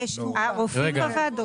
הרופאים בוועדות.